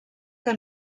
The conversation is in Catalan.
que